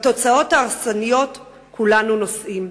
בתוצאות ההרסניות כולנו נושאים.